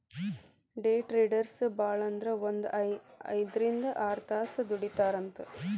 ಡೆ traders ಭಾಳಂದ್ರ ಒಂದ್ ಐದ್ರಿಂದ್ ಆರ್ತಾಸ್ ದುಡಿತಾರಂತ್